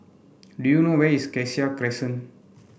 do you know where is Cassia Crescent